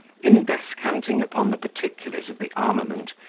in descanting upon the particulars of the armament,